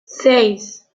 seis